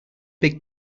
big